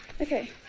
Okay